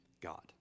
God